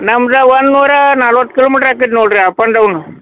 ನಮ್ಗ ಒಂದ್ನೂರ ನಲವತ್ತು ಕಿಲೋಮೀಟ್ರ್ ಆಕೈತಿ ನೋಡ್ರಿ ಅಪ್ ಆ್ಯಂಡ್ ಡೌನು